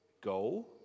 Go